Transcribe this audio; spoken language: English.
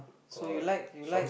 so you like you like